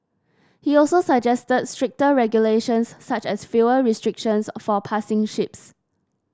he also suggested stricter regulations such as fuel restrictions for passing ships